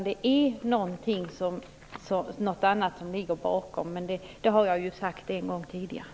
Det är någonting annat som ligger bakom, men det har jag ju sagt en gång tidigare.